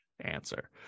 answer